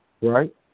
right